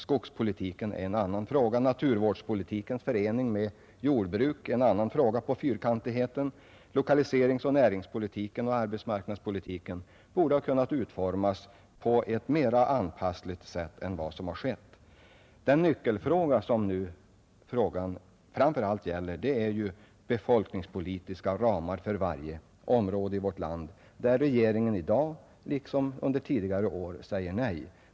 Skogspolitiken är ett annat exempel och naturvårdspolitiken i förening med jordbrukspolitik är ytterligare ett exempel på fyrkantigheten. Lokaliseringsoch näringspolitiken och arbetsmarknadspolitiken borde ha kunnat utformas på ett mera anpassligt sätt än vad som har skett. Den nyckelfråga som det nu framför allt gäller är de befolkningspolitiska ramar för varje område i vårt land, där regeringen i dag liksom under tidigare år säger nej.